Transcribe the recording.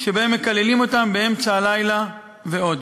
שבהן מקללים אותם באמצע הלילה ועוד.